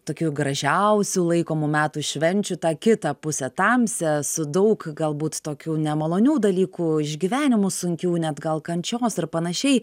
tokių gražiausių laikomų metų švenčių tą kitą pusę tamsią su daug galbūt tokių nemalonių dalykų išgyvenimų sunkių net gal kančios ir panašiai